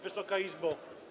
Wysoka Izbo!